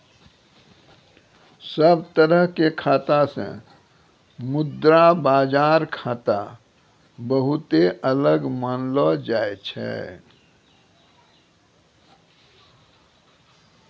सब तरह के खाता से मुद्रा बाजार खाता बहुते अलग मानलो जाय छै